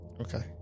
Okay